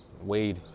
Wade